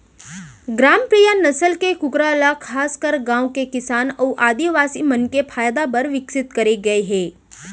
ग्रामप्रिया नसल के कूकरा ल खासकर गांव के किसान अउ आदिवासी मन के फायदा बर विकसित करे गए हे